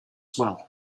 well